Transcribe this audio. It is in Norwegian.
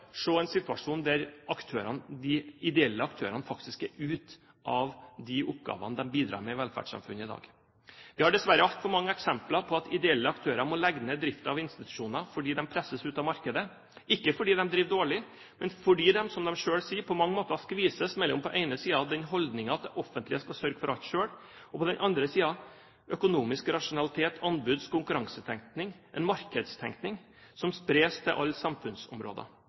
en situasjon der de ideelle aktørene faktisk er ute av de oppgavene de bidrar med i velferdssamfunnet i dag. Vi har dessverre altfor mange eksempler på at ideelle aktører må legge ned driften av institusjoner fordi de presses ut av markedet – ikke fordi de driver dårlig, men fordi de, som de selv sier, på mange måter skvises mellom på den ene siden den holdningen at det offentlige skal sørge for alt selv, og på den andre siden økonomisk rasjonalitet, anbuds- og konkurransetenkning – en markedstenkning som spres til alle samfunnsområder.